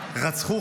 רצחו,